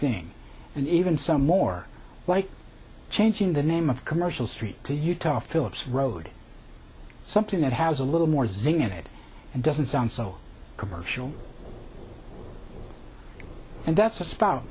thing and even some more like changing the name of commercial street to utah phillips road something that has a little more zing it doesn't sound so commercial and that's a sp